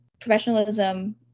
professionalism